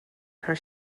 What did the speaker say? her